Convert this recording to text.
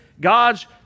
God's